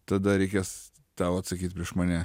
tada reikės tau atsakyt prieš mane